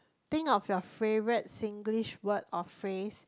think of your favourite Singlish word or phrase